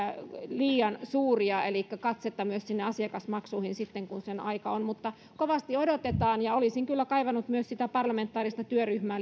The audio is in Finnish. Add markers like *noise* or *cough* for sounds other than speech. liian suuria elikkä katsetta myös sinne asiakasmaksuihin sitten kun sen aika on mutta kovasti odotetaan liittyen tähän sosiaali ja terveysuudistukseen olisin kyllä kaivannut sitä parlamentaarista työryhmää *unintelligible*